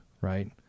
Right